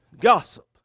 Gossip